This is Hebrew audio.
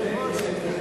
אדוני היושב-ראש?